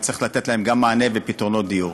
וצריך לתת להם גם מענה ופתרונות דיור.